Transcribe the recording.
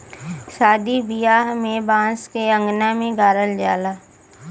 सादी बियाह में बांस के अंगना में गाड़ल जाला